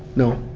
no